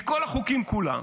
מכל החוקים כולם,